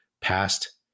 past